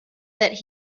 that